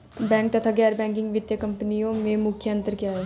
Bank तथा गैर banking वित्तीय कंपनियों में मुख्य अंतर क्या है?